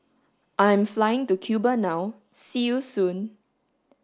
I am flying to Cuba now See you soon